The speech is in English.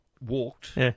walked